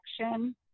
Action